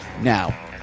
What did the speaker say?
Now